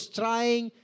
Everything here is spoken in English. trying